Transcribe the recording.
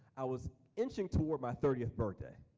i was inching toward my thirtieth birthday.